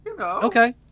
Okay